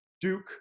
Duke